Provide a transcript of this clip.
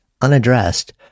unaddressed